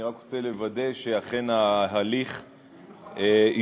אני רק רוצה לוודא שאכן ההליך השתנה,